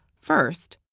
first,